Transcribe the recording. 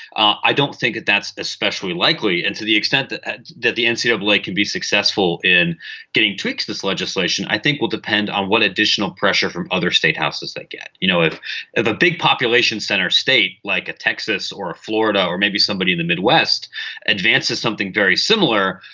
i don't think that's especially likely. and to the extent that and the ncaa sort of like can be successful in getting to fix this legislation i think will depend on what additional pressure from other state houses they get. you know if the big population center state like texas or florida or maybe somebody in the midwest advances something very similar.